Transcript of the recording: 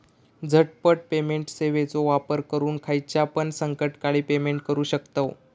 झटपट पेमेंट सेवाचो वापर करून खायच्यापण संकटकाळी पेमेंट करू शकतांव